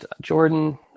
Jordan